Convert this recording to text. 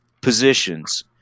positions